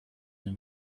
and